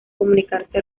comunicarse